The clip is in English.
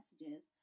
messages